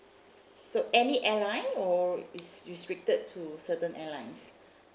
so any airline or it's restricted to certain airlines